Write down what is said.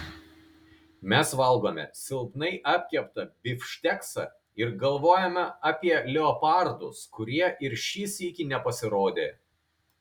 mes valgome silpnai apkeptą bifšteksą ir galvojame apie leopardus kurie ir šį sykį nepasirodė